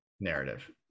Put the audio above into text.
narrative